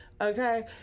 Okay